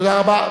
תודה רבה.